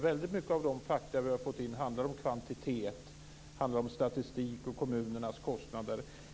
Väldigt mycket av de fakta som vi har fått handlar om kvantitet, statistik och kommunernas kostnader.